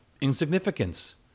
insignificance